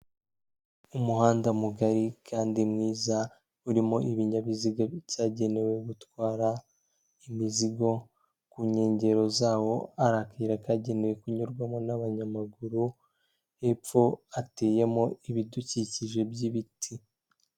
Umuhanda mugari kandi mwiza, urimo ibinyabiziga byagenewe gutwara imizigo, ku nkengero zawo hari akayira kagenewe kunyurwamo n'abanyamaguru, hepfo hateyemo ibidukikije by'ibiti.